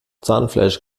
zahnfleisch